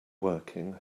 working